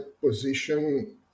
position